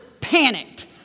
panicked